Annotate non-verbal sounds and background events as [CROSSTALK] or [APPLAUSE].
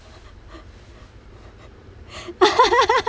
[LAUGHS]